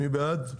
מי בעד?